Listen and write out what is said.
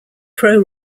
pro